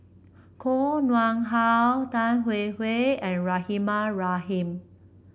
Koh Nguang How Tan Hwee Hwee and Rahimah Rahim